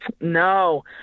No